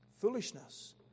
foolishness